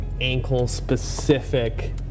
ankle-specific